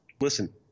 Listen